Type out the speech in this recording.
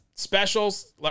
Specials